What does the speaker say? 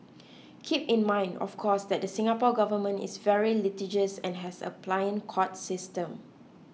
keep in mind of course that the Singapore Government is very litigious and has a pliant court system